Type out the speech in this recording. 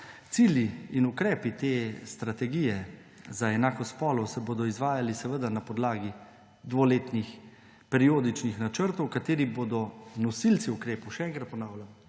Cilji in ukrepi te strategije za enakost spolov se bodo izvajali seveda na podlagi dvoletnih periodičnih načrtov, kateri bodo nosilci ukrepov, še enkrat ponavljam.